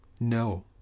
No